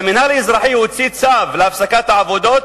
והמינהל האזרחי הוציא צו להפסקת העבודות,